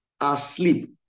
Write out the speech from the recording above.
asleep